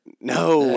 No